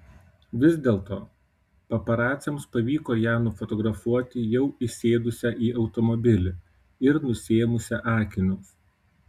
vis dėlto paparaciams pavyko ją nufotografuoti jau įsėdusią į automobilį ir nusiėmusią akinius